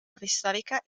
preistorica